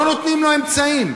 לא נותנים לו אמצעים.